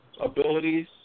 abilities